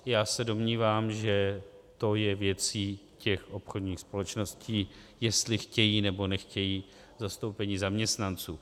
Já se domnívám, že to je věcí těch obchodních společností, jestli chtějí, nebo nechtějí zastoupení zaměstnanců.